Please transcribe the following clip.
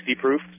proof